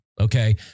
Okay